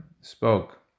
spoke